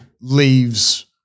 leaves-